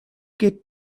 get